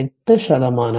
8 ശതമാനം